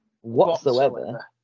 Whatsoever